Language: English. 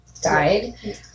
died